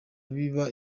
biba